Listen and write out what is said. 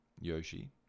Yoshi